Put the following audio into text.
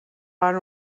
van